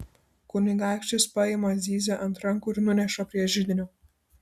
kunigaikštis paima zyzią ant rankų ir nuneša prie židinio